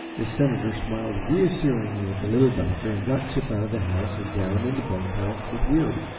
the senator smiled reassuringly at the little doctor and got chip out of the house and down in the bunk house with weary,